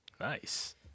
Nice